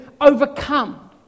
overcome